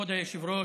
כבוד היושב-ראש,